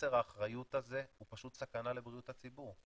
שחוסר האחריות הזה זה פשוט סכנה לבריאות הציבור.